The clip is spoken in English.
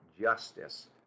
justice